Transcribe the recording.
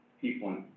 people